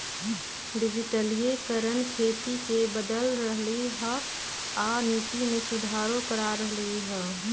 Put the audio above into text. डिजटिलिकरण खेती के बदल रहलई ह आ नीति में सुधारो करा रह लई ह